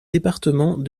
département